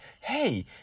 hey